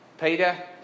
Peter